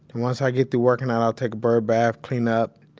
and once i get through working out i'll take birdbath, clean up.